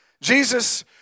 Jesus